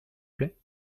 plait